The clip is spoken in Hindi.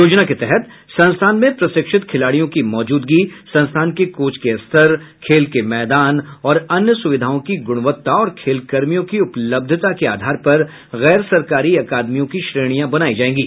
योजना के तहत संस्थान में प्रशिक्षित खिलाड़ियों की मौजूदगी संस्थान के कोच के स्तर खेल के मैदान और अन्य सुविधाओं की गुणवत्ता और खेलकर्मियों की उपलब्धता के आधार पर गैर सरकारी अकादमियों की श्रेणियां बनाई जाएंगी